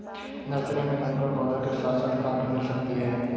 nursery में तुमको पौधों के साथ साथ खाद भी मिल सकती है